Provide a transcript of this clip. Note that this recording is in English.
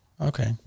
Okay